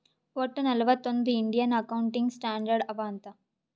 ವಟ್ಟ ನಲ್ವತ್ ಒಂದ್ ಇಂಡಿಯನ್ ಅಕೌಂಟಿಂಗ್ ಸ್ಟ್ಯಾಂಡರ್ಡ್ ಅವಾ ಅಂತ್